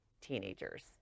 teenagers